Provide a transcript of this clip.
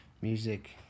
music